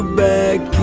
back